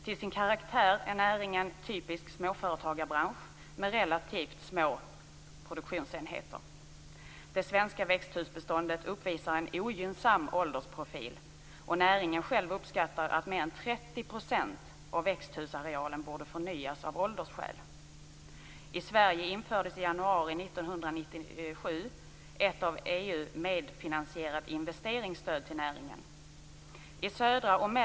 Till sin karaktär är näringen en typisk småföretagarbransch med relativt små produktionsenheter. Det svenska växthusbeståndet uppvisar en ogynnsam åldersprofil, och näringen själv uppskattar att mer än 30 % av växthusarealen borde förnyas av åldersskäl. I Sverige infördes i januari 1997 ett av EU medfinansierat investeringsstöd till näringen.